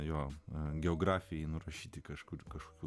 jo angiografijai nurašyti kažkur kažkokių